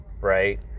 Right